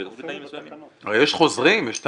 יש חוזרים, יש תהליך.